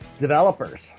Developers